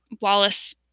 Wallace